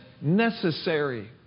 Necessary